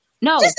no